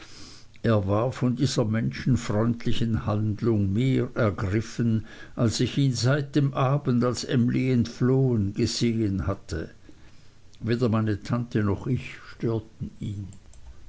er war von dieser menschenfreundlichen handlung mehr ergriffen als ich ihn seit dem abend als emly entflohen gesehen hatte weder meine tante noch ich störten ihn